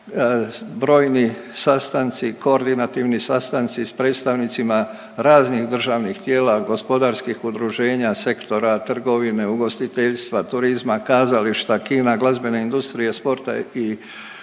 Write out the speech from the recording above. brojni sastanci, koordinativni sastanci sa predstavnicima raznih državnih tijela, gospodarskih udruženja, sektora trgovine, ugostiteljstva, turizma, kazališta, kina, glazbene industrije, sporta i drugih,